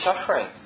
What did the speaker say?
suffering